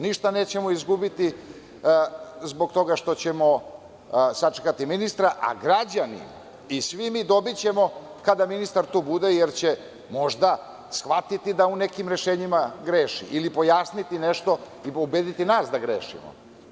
Ništa nećemo izgubiti zbog toga što ćemo sačekati ministra, a građani i svi mi ćemo dobiti kada ministar bude tu, jer će možda shvatiti da u nekim rešenjima greši ili će nam pojasniti nešto i ubediti nas da grešimo.